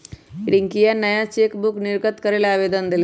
रियंकवा नया चेकबुक निर्गत करे ला आवेदन देलय